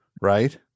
Right